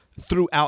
throughout